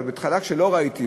אבל בהתחלה כשלא ראיתי,